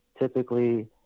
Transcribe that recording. Typically